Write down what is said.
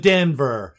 Denver